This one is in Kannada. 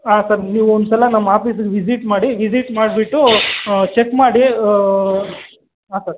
ಹಾಂ ಸರ್ ನೀವು ಒಂದುಸಲ ನಮ್ಮ ಆಫೀಸಿಗೆ ವಿಸಿಟ್ ಮಾಡಿ ವಿಸಿಟ್ ಮಾಡಿಬಿಟ್ಟೂ ಚೆಕ್ ಮಾಡೀ ಹಾಂ ಸರ್